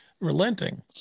relenting